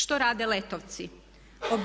Što rade LET-ovci?